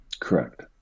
Correct